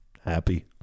happy